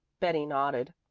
betty nodded.